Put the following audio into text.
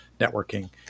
networking